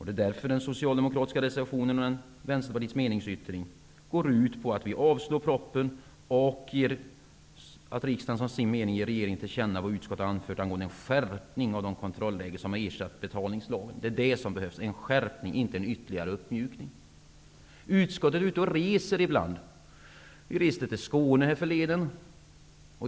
Det är därför som den socialdemokratiska reservationen och Vänsterpartiets meningsyttring går ut på att vi yrkar avslag på propositionen och att vi anför att riksdagen som sin mening ger regeringen till känna vad utskottet anfört angående en skärpning av de kontrollregler som har ersatt betalningslagen. Det är detta som behövs, dvs. en skärpning och inte en ytterligare uppmjukning. Utskottet är ibland ute och reser. Vi reste till Skåne härförleden.